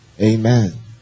Amen